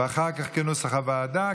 ואחר כך כנוסח הוועדה,